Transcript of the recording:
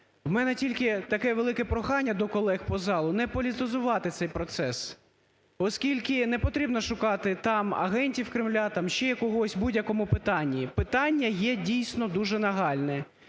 У мене тільки таке велике прохання до колег по залу не політизувати цей процес, оскільки не потрібно шукати там агентів Кремля, там ще когось в будь-якому питанні. Питання є, дійсно, дуже нагальне.